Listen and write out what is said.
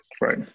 Right